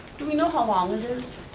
do we know how long it is?